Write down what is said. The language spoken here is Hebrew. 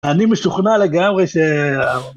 אני משוכנע לגמרי ש...